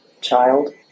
child